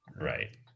Right